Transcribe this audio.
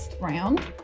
round